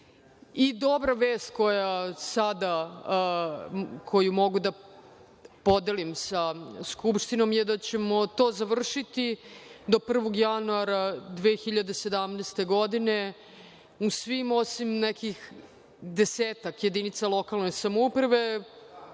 Dobra vest koju sada mogu da podelim sa Skupštinom, jeste da ćemo to završiti do 1. januara 2017. godine u svim, osim u nekih desetak jedinica lokalne samouprave,